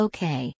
Okay